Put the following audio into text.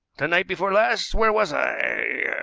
the night before last where was i?